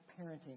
parenting